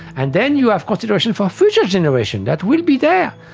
and then you have consideration for future generations that will be there,